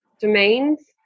domains